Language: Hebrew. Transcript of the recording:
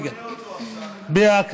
איך אתה בונה אותו עכשיו, איך אתה בונה אותו.